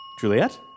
Juliet